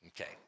Okay